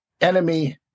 enemy